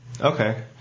okay